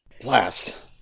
Blast